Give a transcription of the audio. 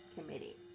Committee